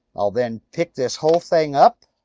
i'll then pick this whole thing up.